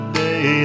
day